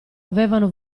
avevano